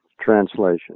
translation